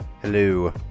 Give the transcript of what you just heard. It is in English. Hello